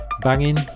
banging